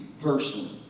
personally